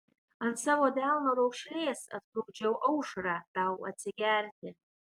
ant savo delno raukšlės atplukdžiau aušrą tau atsigerti